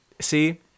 See